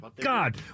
God